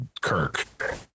Kirk